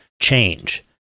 change